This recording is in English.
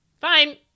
fine